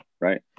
right